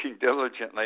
diligently